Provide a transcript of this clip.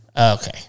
okay